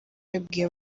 yabwiye